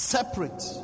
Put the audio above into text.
Separate